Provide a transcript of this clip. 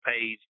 page